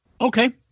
Okay